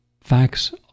facts